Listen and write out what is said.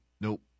nope